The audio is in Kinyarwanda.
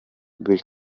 buri